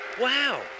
Wow